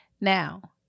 Now